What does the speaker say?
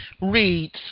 reads